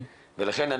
אכן.